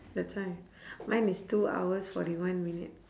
that's why mine is two hours forty one minute